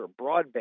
broadband